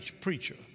preacher